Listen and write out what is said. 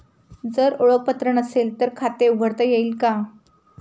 जर ओळखपत्र नसेल तर खाते उघडता येईल का?